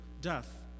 death